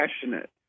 passionate